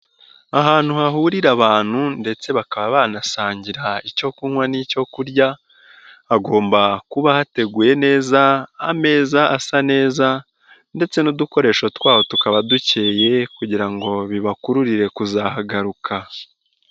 Ahantu hahurira abantu ndetse bakaba banasangira icyo kunywa n'icyo kurya, hagomba kuba hateguye neza, ameza asa neza ndetse n'udukoresho twaho tukaba dukeye kugira ngo bibakururire kuzahagaruka.